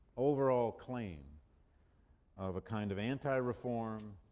overall claim of a kind of anti-reform,